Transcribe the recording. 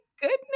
goodness